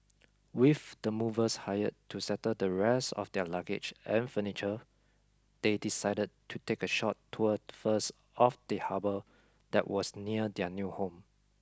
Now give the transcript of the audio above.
with the movers hired to settle the rest of their luggage and furniture they decided to take a short tour first of the harbour that was near their new home